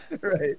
Right